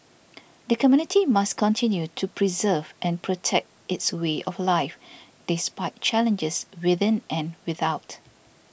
the community must continue to preserve and protect its way of life despite challenges within and without